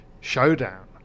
showdown